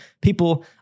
people